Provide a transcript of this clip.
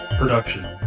production